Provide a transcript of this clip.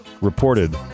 reported